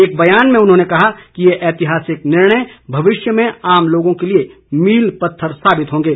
एक बयान में उन्होंने कहा कि ये ऐतिहासिक निर्णय भविष्य में आम लोगों के लिए मील पत्थर साबित होंगे